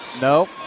No